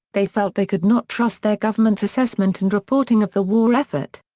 they felt they could not trust their government's assessment and reporting of the war effort.